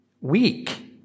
weak